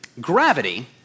Gravity